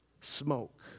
smoke